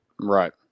Right